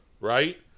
Right